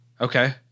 Okay